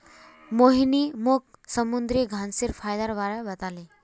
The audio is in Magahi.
मोहिनी मोक समुंदरी घांसेर फयदार बारे बताले